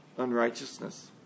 Unrighteousness